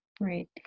Right